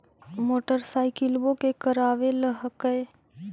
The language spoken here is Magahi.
मोटरसाइकिलवो के करावे ल हेकै?